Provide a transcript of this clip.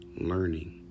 learning